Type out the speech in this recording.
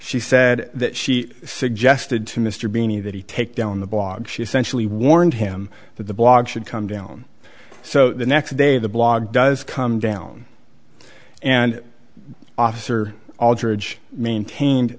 she said that she suggested to mr beeny that he take down the blog she essentially warned him that the blog should come down so the next day the blog does come down and officer aldridge maintained